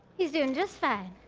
he's doin' just fine.